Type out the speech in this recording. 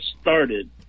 started